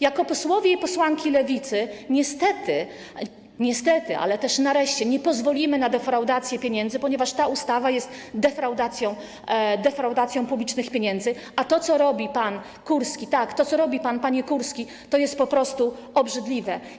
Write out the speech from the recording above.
Jako posłowie i posłanki Lewicy niestety - niestety, ale też nareszcie - nie pozwolimy na defraudację pieniędzy, ponieważ ta ustawa oznacza defraudację publicznych pieniędzy, a to, co robi pan Kurski - tak, to, co robi pan, panie Kurski - jest po prostu obrzydliwe.